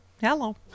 Hello